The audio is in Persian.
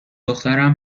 دخترم